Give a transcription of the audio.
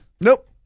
Nope